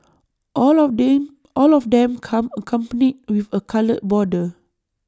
all of them all of them come accompanied with A coloured border